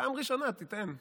פעם ראשונה, תיתן לי.